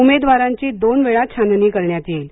उमेदवारांची दोनवेळा छाननी करण्यात येईल